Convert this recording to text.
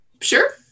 sure